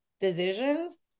decisions